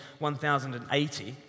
1080